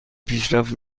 پیشرفت